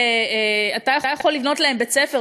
אתה יכול לבנות להם בית-ספר,